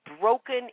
broken